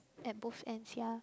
at both ends ya